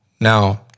Now